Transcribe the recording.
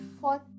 fourth